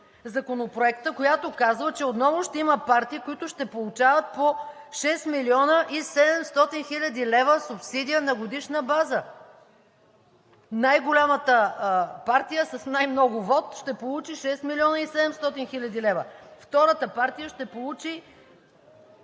която казва, че отново ще има партии, които ще получават по 6 млн. 700 хил. лв. субсидия на годишна база. Най-голямата партия с най-много вот ще получи 6 млн. 700 хил. лв. Втората партия ще получи